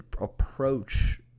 approach